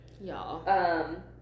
Y'all